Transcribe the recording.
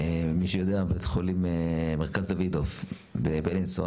מישהו יודע, בית חולים מרכז דווידוף בבלינסון,